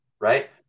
right